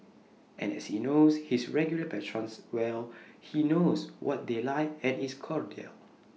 and as he knows his regular patrons well he knows what they like and is cordial